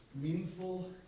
meaningful